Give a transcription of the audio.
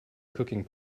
cooking